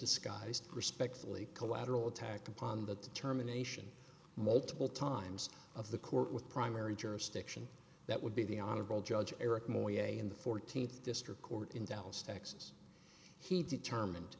disguised respectfully collateral attack upon the terminations multiple times of the court with primary jurisdiction that would be the honorable judge eric moyet in the fourteenth district court in dallas texas he determined